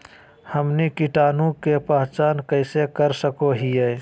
हमनी कीटाणु के पहचान कइसे कर सको हीयइ?